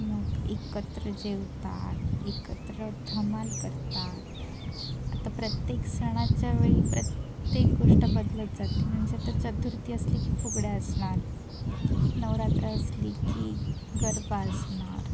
मग एकत्र जेवतात एकत्र धमाल करतात आता प्रत्येक सणाच्या वेळी प्रत्येक गोष्ट बदलत जाते म्हणजे आता चतुर्थी असली की फुगड्या असणार नवरात्र असली की गरबा असणार